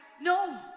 no